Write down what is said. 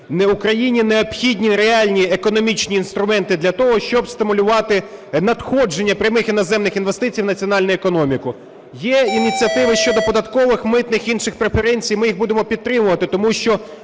Україні необхідні реальні економічні інструменти для того, щоб стимулювати надходження прямих іноземних інвестицій у національну економіку. Є ініціатива щодо податкових, митних, інших преференцій, ми їх будемо підтримувати, тому що